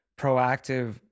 proactive